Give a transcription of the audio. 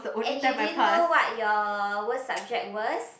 and you didn't know what your worst subject was